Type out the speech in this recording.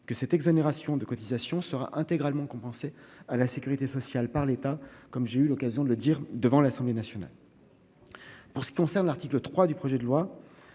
que cette exonération de cotisations sera intégralement compensée à la sécurité sociale par l'État, comme j'ai eu l'occasion de le dire devant l'Assemblée nationale. L'article 3 du projet de loi